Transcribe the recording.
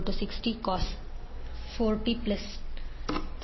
v60cos 4t30 V